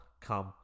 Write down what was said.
come